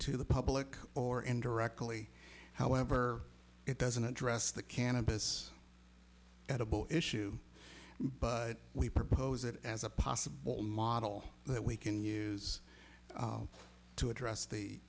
to the public or indirectly however it doesn't address the cannabis edible issue but we propose it as a possible model that we can use to address the